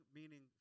meaning